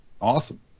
Awesome